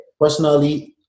personally